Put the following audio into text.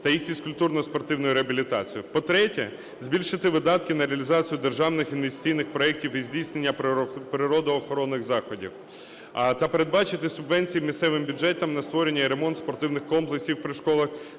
та їх фізкультурно-спортивною реабілітацією. По-третє, збільшити видатки на реалізацію державних інвестиційних проектів і здійснення природоохоронних заходів. Та передбачити субвенції місцевим бюджетам на створення і ремонт спортивних комплексів при школах,